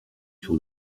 sur